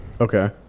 Okay